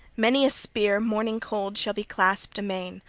many a spear morning-cold shall be clasped amain,